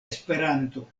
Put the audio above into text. esperanto